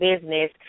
business